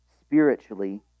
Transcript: spiritually